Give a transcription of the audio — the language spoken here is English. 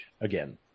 again